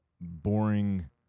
boring